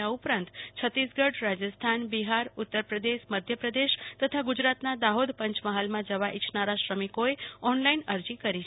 આ ઉપરાંત છતીસગઢ રાજસ્થાન બિહાર ઉત્તરપ્રદેશ મધ્યપ્રદેશ તથા ગુજરાતના દાહોદ પંચમહાલમાં જવા ઈચ્છનારા શ્રમિકોએ ઓનલાઈન અરજી કરી છે